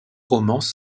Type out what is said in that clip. romans